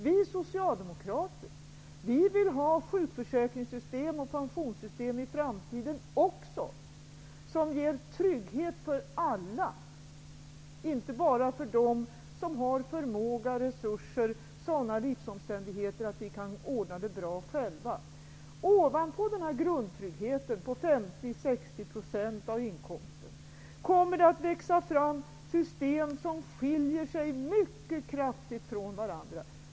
Vi socialdemokrater vill även i framtiden ha ett sjukförsäkringssystem och ett pensionssystem som innebär trygghet för alla, inte bara för oss som har förmåga, resurser och sådana livsomständigheter att vi kan ordna det bra själva. Ovanpå grundtryggheten på 50--60 % av inkomsten kommer det att växa fram system som skiljer sig mycket kraftigt från varandra.